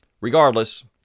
Regardless